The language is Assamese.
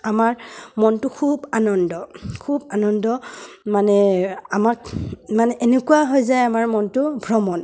আমাৰ মনটো খুব আনন্দ খুব আনন্দ মানে আমাক মানে এনেকুৱা হৈ যায় আমাৰ মনটো ভ্ৰমণ